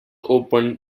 opened